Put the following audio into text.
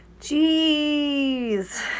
Jeez